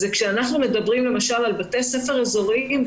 כשאנחנו מדברים למשל על בתי ספר אזוריים,